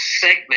segment